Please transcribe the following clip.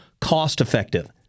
cost-effective